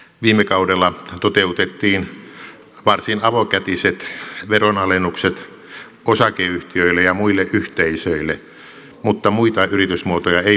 viime kaudella toteutettiin varsin avokätiset veronalennukset osakeyhtiöille ja muille yhteisöille mutta muita yritysmuotoja ei otettu huomioon